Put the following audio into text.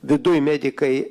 viduj medikai